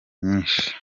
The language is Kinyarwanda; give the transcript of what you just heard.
nyinshi